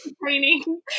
training